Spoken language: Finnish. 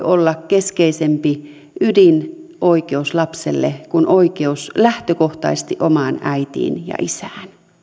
olla keskeisempi ydinoikeus lapselle kuin oikeus lähtökohtaisesti omaan äitiin ja isään